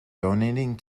donating